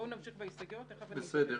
בואו נמשיך בהסתייגויות ותיכף אני אתייחס.